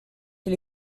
gli